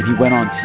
went on